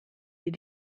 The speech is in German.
dir